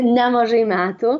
nemažai metų